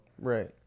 right